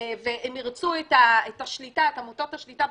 הם ירצו את עמותות השליטה בדירקטוריון,